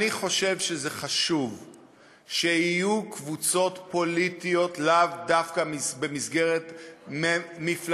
אני חושב שזה חשוב שיהיו קבוצות פוליטיות לאו דווקא במסגרת מפלגתית.